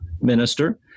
minister